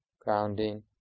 Grounding